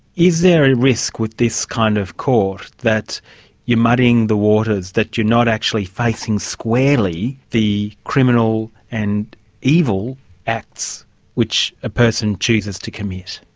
is there a risk with this kind of court that you're muddying the waters, that you're not actually facing squarely the criminal and evil acts which a person chooses to commit?